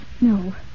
No